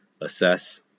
Assess